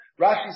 Rashi